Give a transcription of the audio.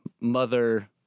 mother